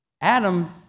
Adam